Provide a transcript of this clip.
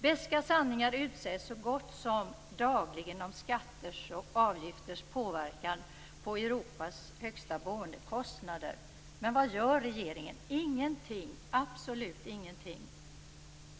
Beska sanningar utsägs så gott som dagligen om skatters och avgifters påverkan på Europas högsta boendekostnader. Men vad gör regeringen? Ingenting, absolut ingenting!